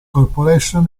corporation